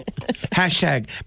Hashtag